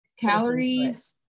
calories